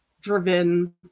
driven